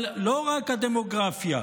אבל לא רק הדמוגרפיה,